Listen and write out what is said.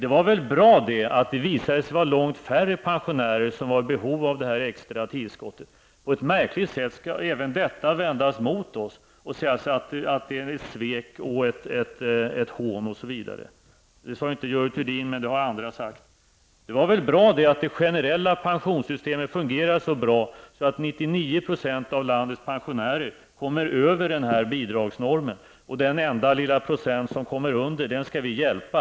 Det var väl bra att det visade sig vara långt färre pensionärer som var i behov av detta extra tillskott. På ett märkligt sätt skall även detta vändas mot oss, och det sägs att det var ett svek, ett hån, osv. Det sade inte Görel Thurdin, men det har andra sagt. Det var väl bra att det generella pensionssystemet fungerade så bra att 99 % av landets pensionärer kommer över den här bidragsnormen. Och den enda lilla procent som kommer under denna norm skall vi hjälpa.